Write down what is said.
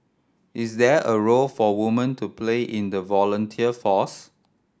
is there a role for women to play in the volunteer force